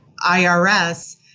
IRS